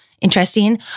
interesting